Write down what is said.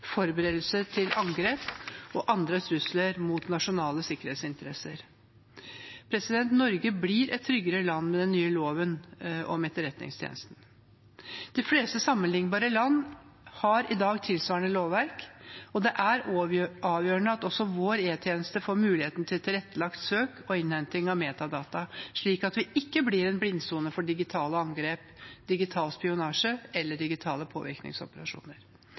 forberedelser til angrep og andre trusler mot nasjonale sikkerhetsinteresser. Norge blir et tryggere land med den nye loven om Etterretningstjenesten. De fleste sammenliknbare land har i dag tilsvarende lovverk, og det er avgjørende at også vår e-tjeneste får muligheten til tilrettelagt søk på innhenting av metadata, slik at vi ikke blir en blindsone for digitale angrep, digital spionasje eller digitale påvirkningsoperasjoner.